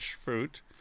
fruit